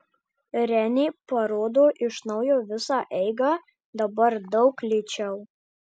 renė parodo iš naujo visą eigą dabar daug lėčiau